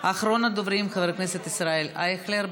אחרון הדוברים, חבר הכנסת ישראל אייכלר.